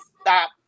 stop